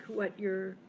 what you're.